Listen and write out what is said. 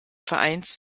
vereins